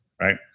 right